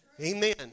Amen